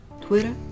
Twitter